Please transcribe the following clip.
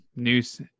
News